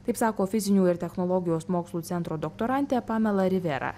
taip sako fizinių ir technologijos mokslų centro doktorantė pamela rivera